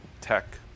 tech